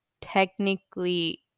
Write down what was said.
technically